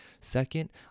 Second